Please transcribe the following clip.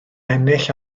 ennill